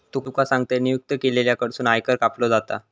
तुका सांगतंय, नियुक्त केलेल्या कडसून आयकर कापलो जाता